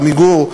"עמיגור"